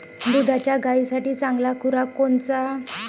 दुधाच्या गायीसाठी चांगला खुराक कोनचा?